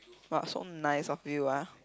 !wah! so nice of you ah